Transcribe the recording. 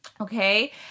Okay